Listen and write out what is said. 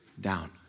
down